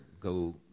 go